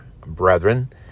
brethren